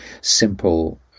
simple